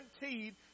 guaranteed